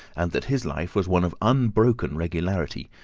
and that his life was one of unbroken regularity,